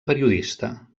periodista